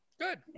Good